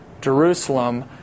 Jerusalem